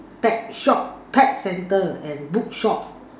pet shop pet center and bookshop